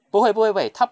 不会不会不会它